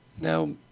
Now